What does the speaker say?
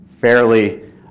fairly